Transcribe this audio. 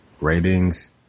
Ratings